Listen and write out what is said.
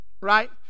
right